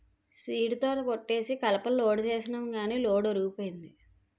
సీడీతోట కొట్టేసి కలపని లోడ్ సేసినాము గాని లోడు ఒరిగిపోయింది